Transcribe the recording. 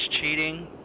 cheating